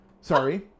sorry